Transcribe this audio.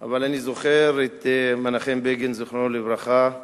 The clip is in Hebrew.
אבל אני זוכר את מנחם בגין, זיכרונו לברכה,